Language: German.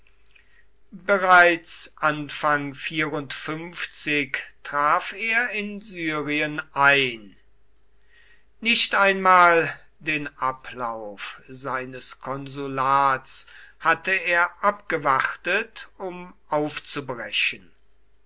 bereits anfang traf er in syrien ein nicht einmal den ablauf seines konsulats hatte er abgewartet um aufzubrechen